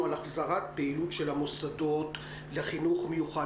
החזרת פעילות של המוסדות של החינוך המיוחד.